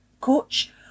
coach